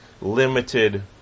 limited